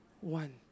one